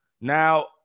Now